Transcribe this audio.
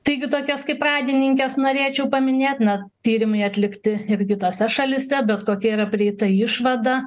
taigi tokias kaip pradininkes norėčiau paminėt na tyrimai atlikti ir kitose šalyse bet kokia yra prieita išvada